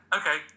okay